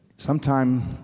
Sometime